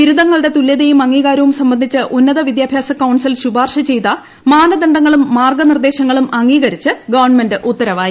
ബിരുദങ്ങളുടെ തുല്യതയും അംഗീകാരവും സംബന്ധിച്ച് ഉന്നത വിദ്യാഭ്യാസ കൌൺസിൽ ശുപാർശ ചെയ്ത മാനദണ്ഡങ്ങളും മാർഗ്ഗനിർദ്ദേശങ്ങളും അംഗീകരിച്ച് ഗവൺമെന്റ് ഉത്തരവായി